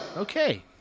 Okay